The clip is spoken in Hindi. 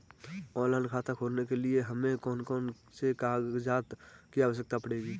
ऑनलाइन खाता खोलने के लिए हमें कौन कौन से कागजात की आवश्यकता पड़ेगी?